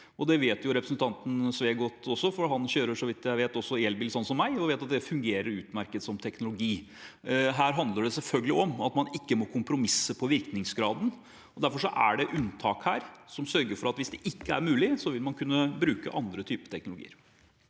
Det vet representanten Sve godt, for han kjører, så vidt jeg vet, også elbil, sånn som meg, og vet at det fungerer utmerket som teknologi. Her handler det selvfølgelig om at man ikke må kompromisse på virkningsgraden. Derfor er det unntak som sørger for at hvis det ikke er mulig, vil man kunne bruke andre typer teknologi.